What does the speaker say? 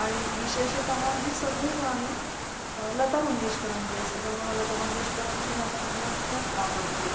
आणि विशेषतः ही सगळी गाणी लता मंगेशकरांची असते कारण मला लता मंगेशकरांची गाणी ऐकायला खूप आवडतात